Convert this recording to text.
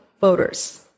voters